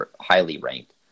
highly-ranked